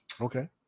Okay